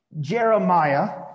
Jeremiah